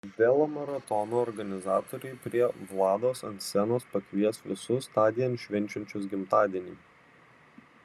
velomaratono organizatoriai prie vlados ant scenos pakvies visus tądien švenčiančius gimtadienį